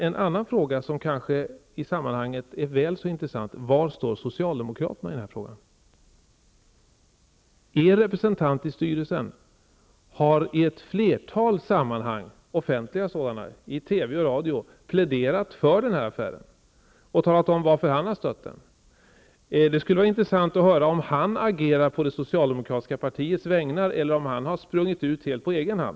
En annan fråga som i sammanhanget kanske är väl så intressant är: Var står socialdemokraterna i den här frågan? Er representant i styrelsen har i ett flertal sammanhang, offentliga sådana, i TV och radio, pläderat för affären och talat om varför han har stött den. Det skulle vara intressant att veta om han agerar på det socialdemokratiska partiets vägnar eller om han har sprungit ut helt på egen hand.